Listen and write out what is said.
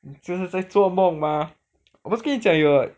你这是在做梦吗我不是跟你讲有了